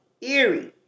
eerie